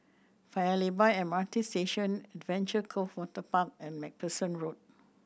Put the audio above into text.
Paya Lebar M R T Station Adventure Cove Waterpark and Macpherson Road